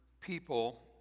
people